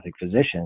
physicians